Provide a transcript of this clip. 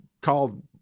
called